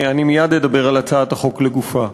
אני מייד אדבר על הצעת החוק לגופה.